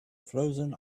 frozen